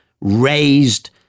raised